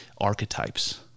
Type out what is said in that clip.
archetypes